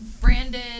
branded